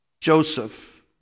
Joseph